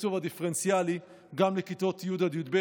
התקצוב הדיפרנציאלי גם לכיתות י' עד י"ב.